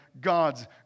God's